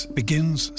begins